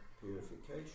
purification